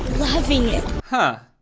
loving it. huh?